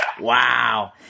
Wow